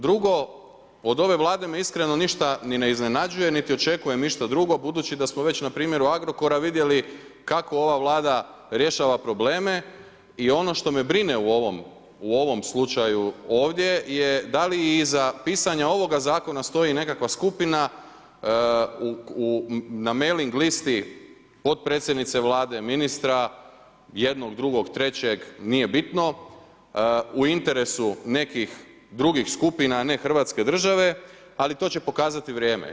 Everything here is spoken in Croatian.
Drugo, od ove Vlade me iskreno ništa ni ne iznenađuje, niti očekujem išta drugo, budući smo već na primjeru Agrokora vidjeli kako ova Vlada rješava probleme i ono što me brine u ovom slučaju ovdje je da li i iza pisanja ovoga zakona stoji nekakva skupina na mail-ing listi potpredsjednice Vlade, ministra, jednog, drugog, trećeg, nije bitno u interesu nekih drugih skupina, a ne hrvatske države, ali to će pokazati vrijeme.